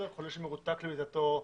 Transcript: חולה שמרותק למיטתו.